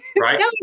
Right